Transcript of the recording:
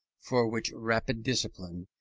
for which rigid discipline,